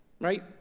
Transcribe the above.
Right